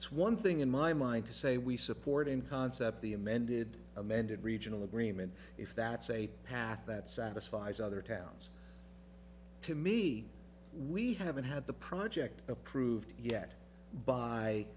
it's one thing in my mind to say we support in concept the amended amended regional agreement if that's a path that satisfies other towns to me we haven't had the project approved yet by